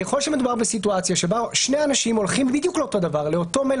ככל שמדובר בסיטואציה שבה שני אנשים הולכים בדיוק לאותה מלונית,